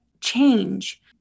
change